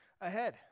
ahead